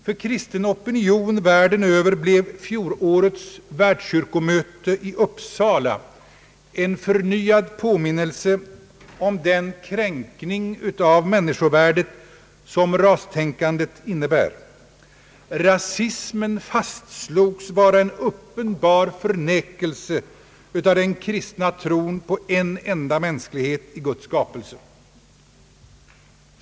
För kristen opinion världen över blev fjolårets världskyrkomöte i Uppsala en förnyad påminnelse om den kränkning av människovärdet som rastänkandet innebär. Rasismen fastslogs vara en uppenbar förnekelse av den kristna tron på en enda mänsklighet i Guds skapelse.